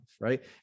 Right